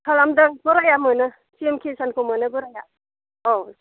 खालामदों बोराया मोनो पि एम किसानखौ मोनो बोराया औ